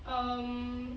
um